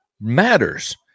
matters